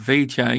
VJ